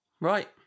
Right